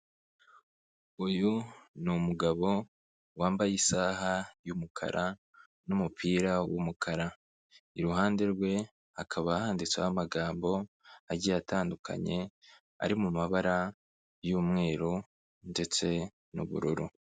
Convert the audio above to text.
Uyu n'umugabo wambaye isaha y'umukara n'umupira w'umukara iruhande rwe hakaba handitseho amagambo agiye atandukanye ari mu mabara y'umweru ndetse n'ubururu.